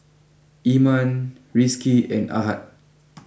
Iman Rizqi and Ahad